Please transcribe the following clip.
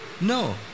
no